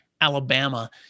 Alabama